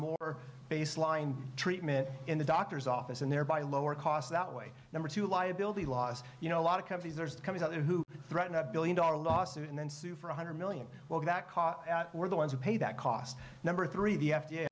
more baseline treatment in the doctor's office and thereby lower costs that way number two liability laws you know a lot of companies are coming out there who threaten a billion dollar lawsuit and then sue for one hundred million well that we're the ones who pay that cost number three the f